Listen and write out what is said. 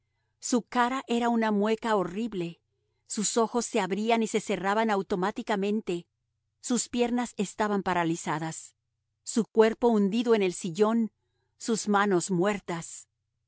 su cara era una mueca horrible sus ojos se abrían y se cerraban automáticamente sus piernas estaban paralizadas su cuerpo hundido en el sillón sus manos muertas